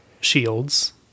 shields